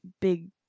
big